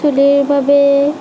চুলিৰ বাবে